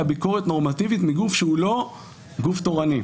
ביקורת נורמטיבית מגוף שהוא לא גוף תורני.